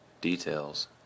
details